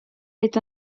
est